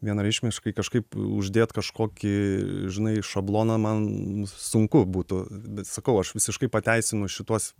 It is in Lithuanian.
vienareikšmiškai kažkaip uždėt kažkokį žinai šabloną man sunku būtų bet sakau aš visiškai pateisinu šituos